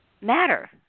Matter